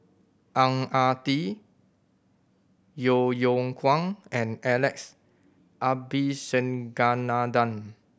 Ang Ah Tee Yeo Yeow Kwang and Alex Abisheganaden